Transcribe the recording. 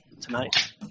tonight